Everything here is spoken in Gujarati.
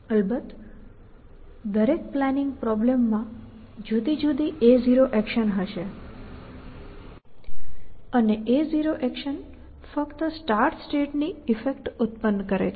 અલબત્ત દરેક પ્લાનિંગ પ્રોબ્લેમ માં જુદી જુદી a0 એક્શન હશે અને a0 એક્શન ફક્ત સ્ટાર્ટ સ્ટેટ ની ઇફેક્ટ ઉત્પન્ન કરે છે